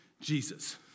Jesus